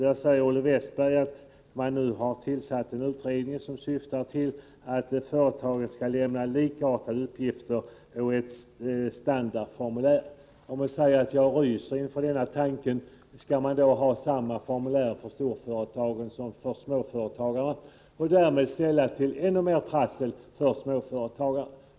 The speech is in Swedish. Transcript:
Där säger Olle Westberg att man nu har tillsatt en utredning som syftar till att företagen skall lämna likartade uppgifter på ett standardformulär. Jag ryser inför denna tanke. Skall man ha samma formulär för storföretagen som för småföretagen och därmed ställa till ännu mer trassel för småföretagarna?